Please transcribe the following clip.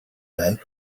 байв